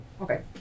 okay